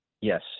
Yes